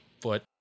foot